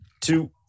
two